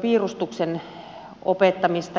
piirustuksen opettamista